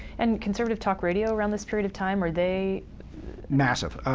and conservative talk radio around this period of time, are they massive.